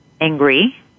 angry